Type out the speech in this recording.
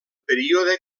període